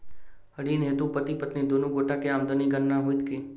ऋण हेतु पति पत्नी दुनू गोटा केँ आमदनीक गणना होइत की?